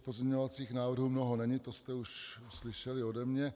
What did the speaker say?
Pozměňovacích návrhů mnoho není, to jste už slyšeli ode mě.